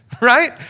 Right